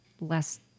less